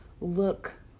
Look